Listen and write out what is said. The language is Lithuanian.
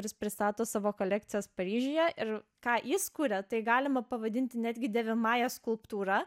kuris pristato savo kolekcijas paryžiuje ir ką jis kuria tai galima pavadinti netgi dėvimąja skulptūra